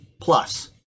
plus